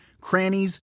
crannies